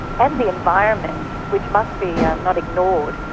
and the environment, which must be yeah not ignored,